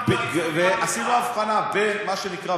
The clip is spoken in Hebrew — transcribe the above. עשינו הבחנה בין מה שנקרא,